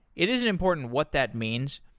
it isn't important what that means.